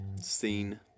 scene